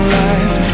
life